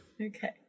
Okay